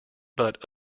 but